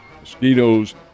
Mosquitoes